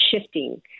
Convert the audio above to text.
shifting